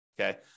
Okay